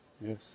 Yes